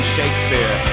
Shakespeare